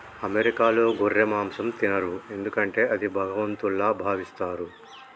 అమెరికాలో గొర్రె మాంసం తినరు ఎందుకంటే అది భగవంతుల్లా భావిస్తారు